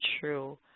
true